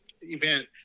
event